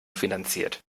finanziert